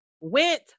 went